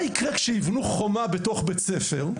מה יקרה כשיבנו חומה בתוך בית ספר?